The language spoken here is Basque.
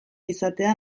izatea